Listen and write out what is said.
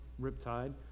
riptide